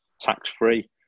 tax-free